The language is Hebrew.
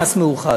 מאוחד.